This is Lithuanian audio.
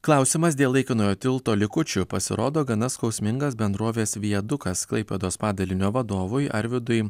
klausimas dėl laikinojo tilto likučių pasirodo gana skausmingas bendrovės viadukas klaipėdos padalinio vadovui arvydui